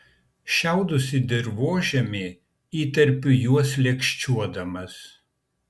šiaudus į dirvožemį įterpiu juos lėkščiuodamas